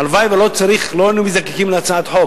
הלוואי שלא היינו מזדקקים להצעת חוק,